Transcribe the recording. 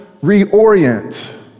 reorient